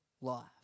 life